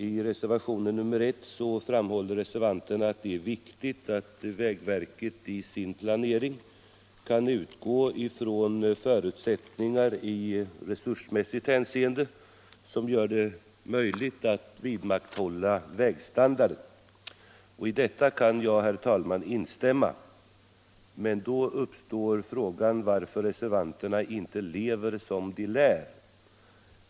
I reservationen 1 framhåller reservanterna att det är viktigt att vägverket i sin planering kan utgå från förutsättningar i resursmässigt hänseende som gör det möjligt att vidmakthålla vägstandarden. I detta kan jag instämma, herr talman, men då uppstår frågan varför reservanterna inte lever som de lär.